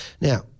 Now